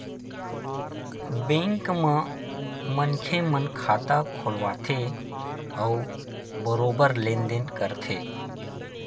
bank म मनखे मन खाता खोलवाथे अउ बरोबर लेन देन करथे